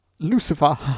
lucifer